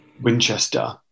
Winchester